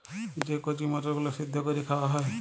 যে কঁচি মটরগুলা সিদ্ধ ক্যইরে খাউয়া হ্যয়